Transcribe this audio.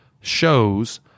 Shows